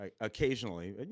occasionally